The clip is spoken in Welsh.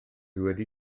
wedi